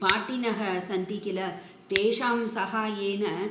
पाठिनः सन्ति किल तेषां साहाय्येन